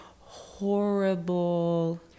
horrible